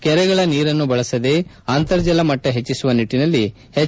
ಕೆರೆಗಳ ನೀರನ್ನು ಬಳಸದೇ ಅಂತರ್ಜಲ ಮಟ್ಟ ಹೆಚ್ಚಿಸುವ ನಿಟ್ಟನಲ್ಲಿ ಹೆಚ್